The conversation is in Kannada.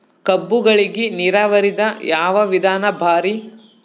ಕಬ್ಬುಗಳಿಗಿ ನೀರಾವರಿದ ಯಾವ ವಿಧಾನ ಭಾರಿ?